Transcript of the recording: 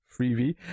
Freebie